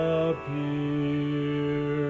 appear